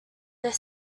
their